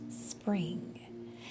spring